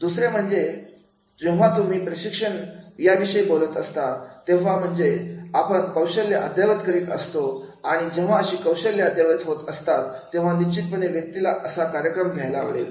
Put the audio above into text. दुसरे म्हणजे जेव्हा तुम्ही प्रशिक्षणा विषयी बोलत असतात तेव्हा म्हणजे आपण कौशल्य अद्यावत करीत असतोआणि जेव्हा अशी कौशल्ये अद्यावत होत असतात तेव्हा निश्चितपणे व्यक्तीला असा कार्यक्रम घ्यायला आवडेल